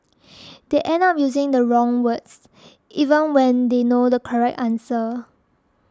they end up using the wrong words even when they know the correct answer